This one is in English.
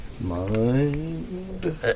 Mind-